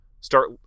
start